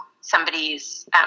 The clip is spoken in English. somebody's